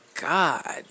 God